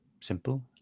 simple